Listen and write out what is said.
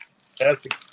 fantastic